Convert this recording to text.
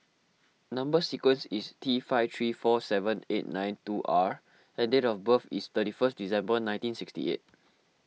Number Sequence is T five three four seven eight nine two R and date of birth is thirty first December nineteen sixty eight